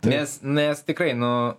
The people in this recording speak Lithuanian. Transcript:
nes nes tikrai nu